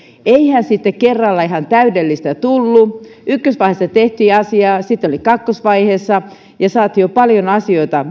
eihän siitä kerralla ihan täydellistä tullut ykkösvaiheessa tehtiin asiaa sitten oli kakkosvaiheessa ja saatiin jo paljon asioita